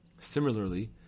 Similarly